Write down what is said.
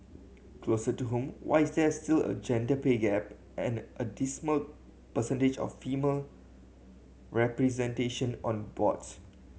closer to home why is there still a gender pay gap and a dismal percentage of female representation on boards